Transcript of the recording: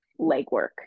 legwork